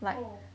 oh